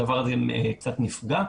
הדבר הזה קצת נפגע.